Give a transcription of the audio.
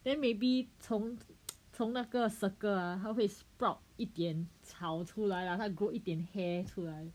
then maybe 从 从那个 circle ah 它会 sprout 一点草出来啦它 grow 一点 hair 出来